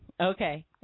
Okay